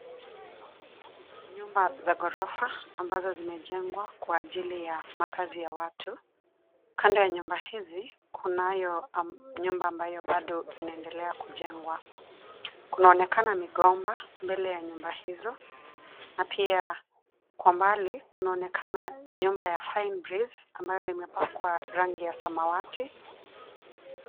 Nyumba za ghorofa ambazo zimejengwa kwa ajili ya makazi ya watu. Kando ya nyumba hizi kunayo nyumba ambayo bado inaendelea kujengwa. Kunaonekana migomba mbele ya nyumba hizo na pia kwa mbali kunaonekana nyumba ya fine breeze ambayo imepakwa rangi ya samawati.